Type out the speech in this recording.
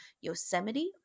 Yosemite